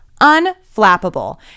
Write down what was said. unflappable